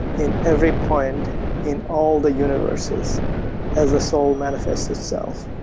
in every point in all the universes as a soul manifests itself.